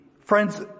Friends